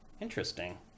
interesting